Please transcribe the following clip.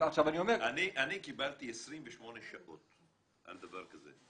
אני קיבלתי 28 שעות על דבר כזה.